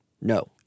No